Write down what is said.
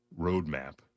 roadmap